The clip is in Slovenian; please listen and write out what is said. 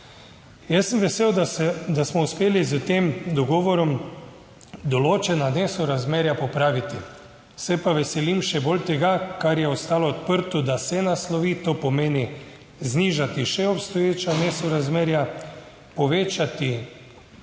Jaz sem vesel, da smo uspeli s tem dogovorom določena nesorazmerja popraviti. Se pa veselim še bolj tega, kar je ostalo odprto, da se naslovi to pomeni znižati še obstoječa nesorazmerja, povečati storilnost,